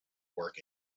woking